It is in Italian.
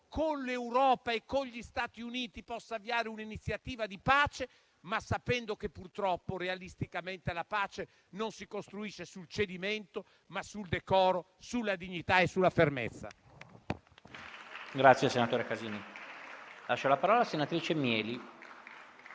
con l'Europa e con gli Stati Uniti, possa avviare un'iniziativa di pace, ma sapendo che purtroppo, realisticamente, la pace si costruisce non sul cedimento ma sul decoro, sulla dignità e sulla fermezza.